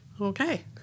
Okay